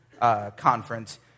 conference